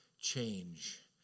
change